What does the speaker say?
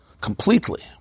Completely